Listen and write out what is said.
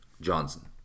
Johnson